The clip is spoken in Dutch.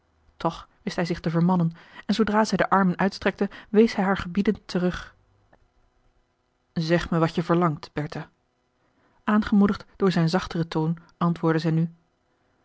toch wist hij zich te vermannen en zoodra zij de armen uitstrekte wees hij haar gebiedend terug zeg mij wat je verlangt bertha aangemoedigd door zijn zachteren toon antwoordde zij nu